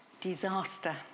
disaster